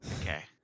Okay